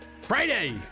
Friday